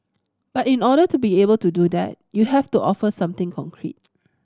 but in order to be able to do that you have to offer something concrete